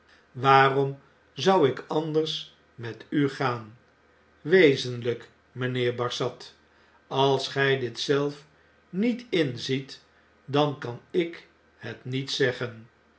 waarom zou ik anders met u gaan wezeniyk mynheer barsad als gij dit zelf niet inziet dan kan ik het niet zeggen